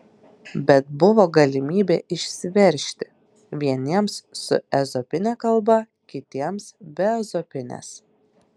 bet buvo galimybė išsiveržti vieniems su ezopine kalba kitiems be ezopinės